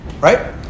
right